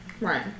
Right